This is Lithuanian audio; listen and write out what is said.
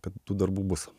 kad tų darbų bus